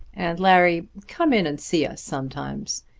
and, larry, come in and see us sometimes.